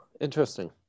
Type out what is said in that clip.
interesting